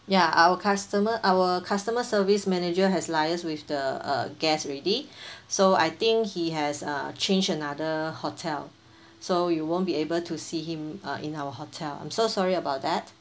ya our customer our customer service manager has liaise with the uh guest already so I think he has uh changed another hotel so you won't be able to see him uh in our hotel I'm so sorry about that